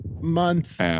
month